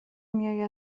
میآید